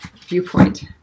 viewpoint